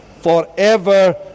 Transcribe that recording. forever